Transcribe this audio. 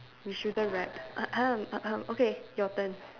you shouldn't rap okay your turn